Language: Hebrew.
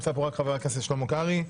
נמצא פה חבר הכנסת שלמה קרעי,